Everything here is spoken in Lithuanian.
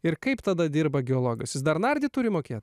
ir kaip tada dirba geologas jis dar nardyti turi mokėt